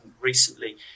recently